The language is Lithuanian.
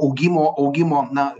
augimo augimo na